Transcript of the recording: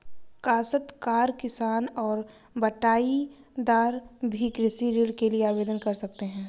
काश्तकार किसान और बटाईदार भी कृषि ऋण के लिए आवेदन कर सकते हैं